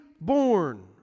born